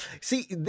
See